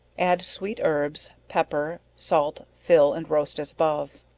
add sweet herbs, pepper, salt, fill and roast as above.